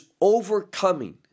overcoming